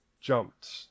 jumped